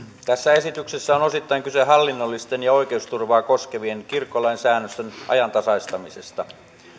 tässä esityksessä on osittain kyse hallinnollisten ja oikeusturvaa koskevien kirkkolain säännösten ajantasaistamisesta